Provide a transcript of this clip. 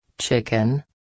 Chicken